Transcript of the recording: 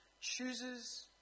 chooses